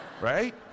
Right